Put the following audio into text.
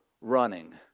running